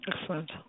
Excellent